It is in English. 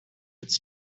its